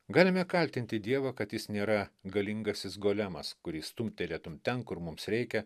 galime kaltinti dievą kad jis nėra galingasis golemas kurį stumtelėtum ten kur mums reikia